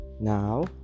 Now